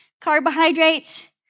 Carbohydrates